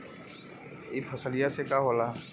ई फसलिया से का होला?